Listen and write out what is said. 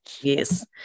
Yes